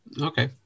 Okay